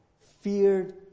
feared